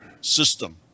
system